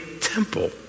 temple